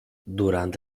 durant